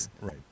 Right